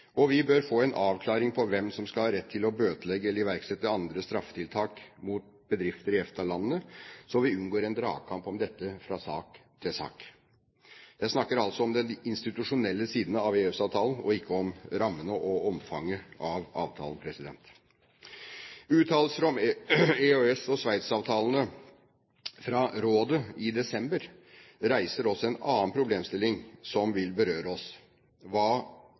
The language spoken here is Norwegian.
EØS-området. Vi bør få en avklaring med tanke på hvem som skal ha rett til å bøtelegge eller iverksette andre straffetiltak mot bedrifter i EFTA-landene, så vi unngår en dragkamp om dette fra sak til sak. Jeg snakker altså om den institusjonelle siden av EØS-avtalen og ikke om rammene og omfanget av avtalen. Uttalelser om EØS og Sveits-avtalene fra rådet i desember reiser også en annen problemstilling som vil berøre oss. Hva